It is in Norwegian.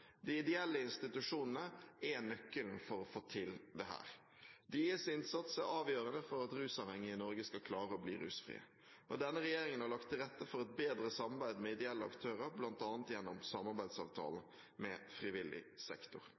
De ideelle institusjonene er nøkkelen for å få til dette. Deres innsats er avgjørende for at rusavhengige i Norge skal klare å bli rusfrie. Denne regjeringen har lagt til rette for et bedre samarbeid med ideelle aktører, bl.a. gjennom samarbeidsavtalen med frivillig sektor.